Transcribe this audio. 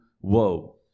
woe